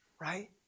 right